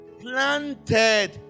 planted